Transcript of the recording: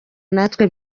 natwe